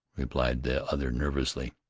replied the other, nervously.